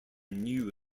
knew